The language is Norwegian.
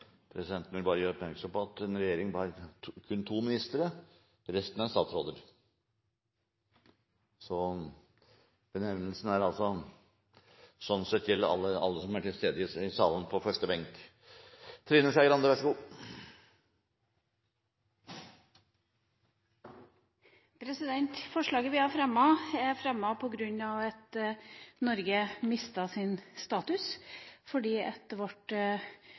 Presidenten vil gjøre oppmerksom på at en regjering kun har to ministre, resten er statsråder. Den benevnelsen gjelder sånn sett alle som er til stede i salen på første benk. Forslaget vi har fremmet, er fremmet pga. at Norge mistet sin status fordi vårt